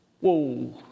Whoa